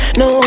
no